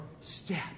step